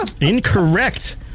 Incorrect